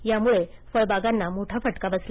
यामुळे फळबागांना मोठा फटका बसला